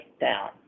down